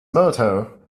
motto